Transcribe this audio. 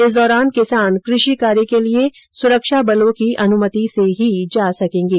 इस दौरान किसान क्रषि कार्य के लिए सुरक्षा बलों की अनुमति से ही जा सकेंगे